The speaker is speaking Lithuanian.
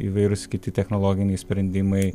įvairūs kiti technologiniai sprendimai